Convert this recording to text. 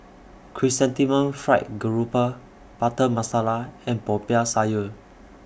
Chrysanthemum Fried Garoupa Butter Masala and Popiah Sayur